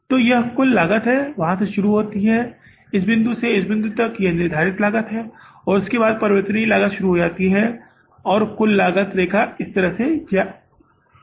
तो यह कुल लागत वहाँ से शुरू होती है इस बिंदु से इस बिंदु तक यह निर्धारित लागत है और उसके बाद चर लागत शुरू होती है और कुल लागत रेखा इस तरह से जाती है